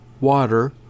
water